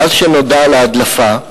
מאז נודע על ההדלפה,